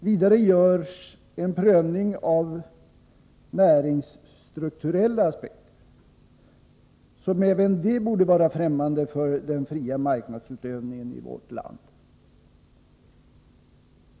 Vidare görs en prövning av näringsstrukturella aspekter, som även de borde vara främmande för den fria marknadsutövningen i vårt land.